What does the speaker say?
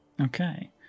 Okay